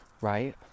right